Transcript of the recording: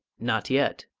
not yet,